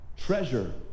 Treasure